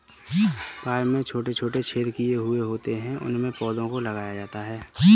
pipe में छोटे छोटे छेद किए हुए होते हैं उनमें पौधों को लगाया जाता है